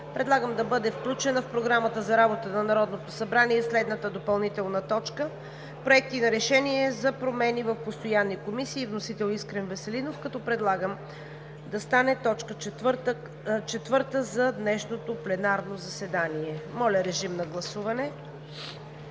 предлагам да бъде включена в Програмата за работата на Народното събрание следната допълнителна точка: „Проекти на решения за промени в постоянни комисии“, вносител е Искрен Веселинов, която да стане точка четвърта за днешното пленарно заседание. Моля, режим на гласуване.